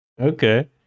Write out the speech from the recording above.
Okay